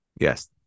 Yes